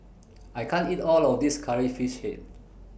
I can't eat All of This Curry Fish Head